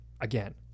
again